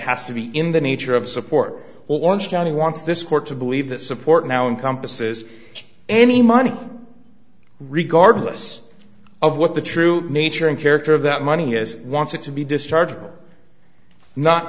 has to be in the nature of support orange county wants this court to believe that support now encompasses any money regardless of what the true nature and character of that money is wants it to be discharged or not